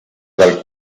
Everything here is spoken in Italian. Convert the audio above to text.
dal